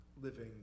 living